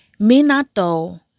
minato